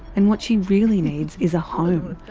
and what she really needs is a home.